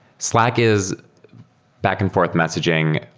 slack is back-and-forth messaging,